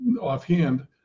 offhand